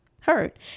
heard